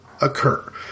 occur